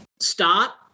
stop